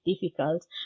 difficult